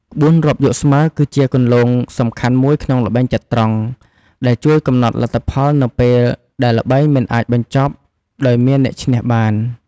ក្បួនរាប់យកស្មើ គឺជាគន្លងសំខាន់មួយក្នុងល្បែងចត្រង្គ ដែលជួយកំណត់លទ្ធផលនៅពេលដែលល្បែងមិនអាចបញ្ចប់ដោយអ្នកឈ្នះបាន។